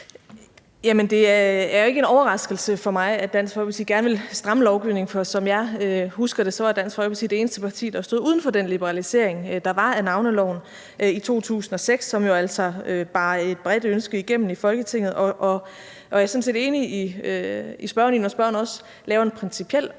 Det er jo ikke en overraskelse for mig, at Dansk Folkeparti gerne vil stramme lovgivningen. For som jeg husker det, var Dansk Folkeparti det eneste parti, der stod uden for den liberalisering, der var af navneloven i 2006, som jo altså bar et bredt ønske igennem i Folketinget. Jeg er sådan set enig med spørgeren, når spørgeren laver en principiel opkobling